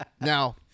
Now